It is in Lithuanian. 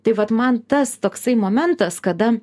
tai vat man tas toksai momentas kada